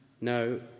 No